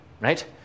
Right